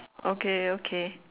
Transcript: okay okay